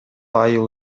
айыл